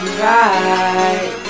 right